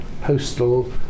postal